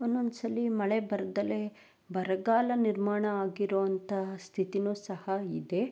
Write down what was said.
ಒಂದೊಂದು ಸಲ ಮಳೆ ಬರ್ದೇ ಬರಗಾಲ ನಿರ್ಮಾಣ ಆಗಿರುವಂತಹ ಸ್ಥಿತಿಯೂ ಸಹ ಇದೆ